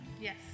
Yes